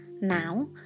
Now